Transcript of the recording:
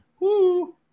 Woo